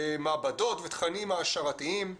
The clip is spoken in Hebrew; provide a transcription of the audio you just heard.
מעבדות ותכנים העשרתיים.